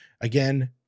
Again